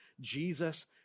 Jesus